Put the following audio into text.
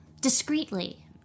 discreetly